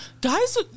Guys